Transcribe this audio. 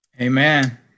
Amen